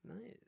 Nice